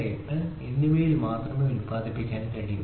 98 എന്നിവയിൽ ഉത്പാദിപ്പിക്കാൻ കഴിയും